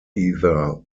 either